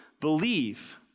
believe